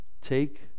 Take